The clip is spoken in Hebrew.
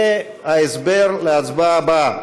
זה ההסבר להצבעה הבאה.